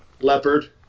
Leopard